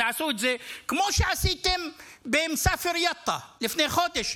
כמו שעשיתם במסאפר-יטא לפני חודש,